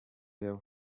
yavutse